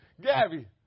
Gabby